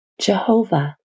Jehovah